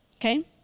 okay